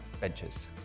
Ventures